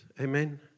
Amen